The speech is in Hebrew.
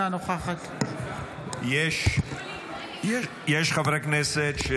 אינה נוכחת יש עוד חברי כנסת?